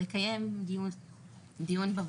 לקיים דיון בוועדה,